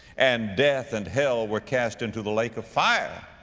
and death and hell were cast into the lake of fire.